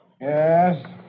Yes